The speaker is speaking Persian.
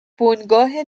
بنگاه